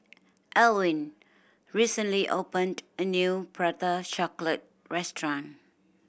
Elwyn recently opened a new Prata Chocolate restaurant